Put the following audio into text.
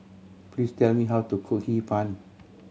please tell me how to cook Hee Pan